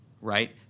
right